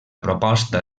proposta